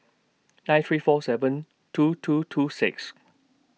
nine three four seven two two two six